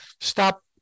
stop